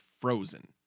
frozen